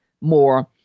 more